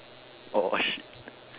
oh shit